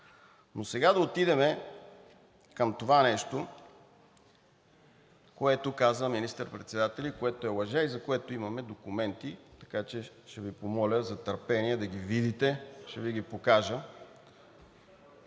Но сега да отидем към това нещо, което каза министър председателят и което е лъжа и за което имаме документи, така че ще Ви помоля за търпение да ги видите – ще Ви ги покажа.